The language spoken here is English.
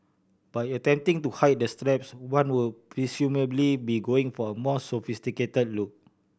by attempting to hide the straps one would presumably be going for a more sophisticated look